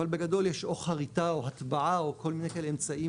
אבל בגדול יש או חריטה או הטבעה או כל מיני כאלו אמצעים,